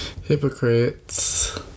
hypocrites